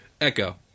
Echo